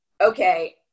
okay